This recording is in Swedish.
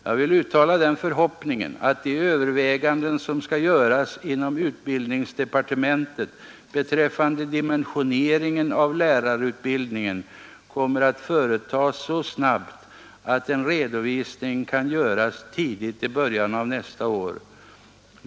Jag vill uttala den förhoppningen att de överväganden som skall göras inom utbildningsdepartementet beträffande dimensioneringen av lärarutbildningen kommer att företas så snabbt att en redovisning kan lämnas tidigt i början av nästa år.